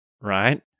right